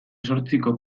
zortziko